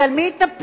אז על מי יתנפלו?